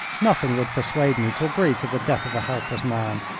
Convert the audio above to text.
nothing would persuade me to agree to the death of a helpless man.